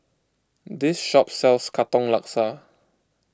this shop sells Katong Laksa